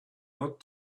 not